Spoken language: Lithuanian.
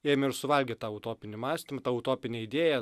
ėmė ir suvalgė tą utopinį mąstymą tą utopinę idėją